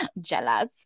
jealous